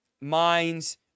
minds